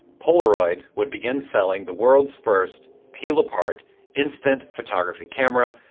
polaroid would begin selling the world's first peel apart instant photography camera,